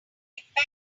embedded